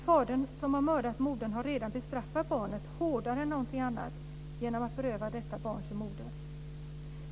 Fadern som har mördat modern har redan bestraffat barnet hårdare än någon annan genom att beröva detta barn dess moder.